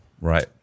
Right